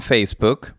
Facebook